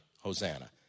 Hosanna